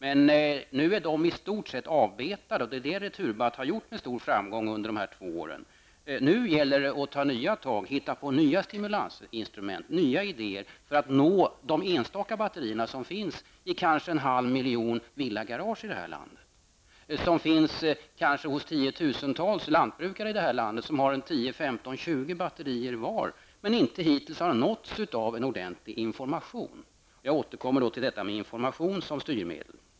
Men nu är denna marknad i stort sett avbetad, och det är vad Returbatt med stor framgång har åstadkommit under de här två åren. Nu gäller det att ta nya tag och hitta på nya stimulansinstrument och nya idéer för att nå de enstaka batterier som finns i kanske en halv miljon villagarage i landet eller hos tiotusentals lantbrukare som kanske har 10, 15 eller 20 batterier var men som hittills inte har nåtts av en ordentlig information. Jag återkommer därmed till frågan om informationen som styrmedel.